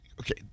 okay